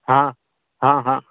હા હા હા